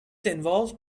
involved